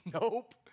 Nope